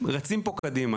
רצים פה קדימה,